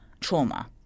trauma